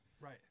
Right